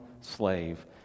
slave